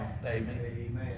Amen